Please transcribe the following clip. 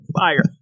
fire